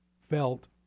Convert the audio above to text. felt